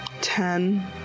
Ten